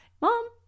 mom